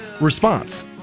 response